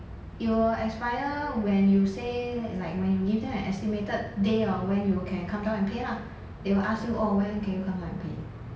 有 expire when you say like when you give them an estimated day or when you can come down and pay lah they will ask you oh when can you come down and pay